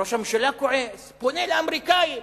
ראש הממשלה כועס, פונה לאמריקנים.